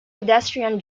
pedestrian